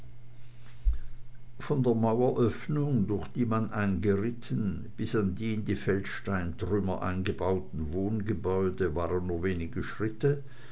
von der maueröffnung durch die man eingeritten bis an die in die feldsteintrümmer eingebauten wohngebäude waren nur wenige schritte